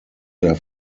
their